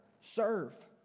Serve